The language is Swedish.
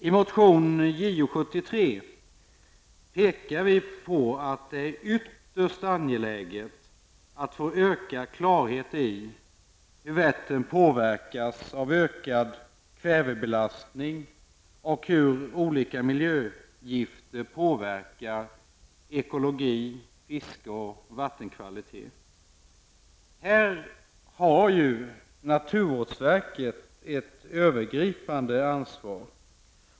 I motion nr Jo73 pekar vi på att det är ytterst angeläget att få ökad klarhet i hur Vättern påverkas av ökad kvävebelastning och hur olika miljögifter påverkar ekologi, fiske och vattenkvalitet. Här har naturvårdsverket ett övergripande ansvar.